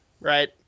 right